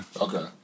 Okay